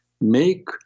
make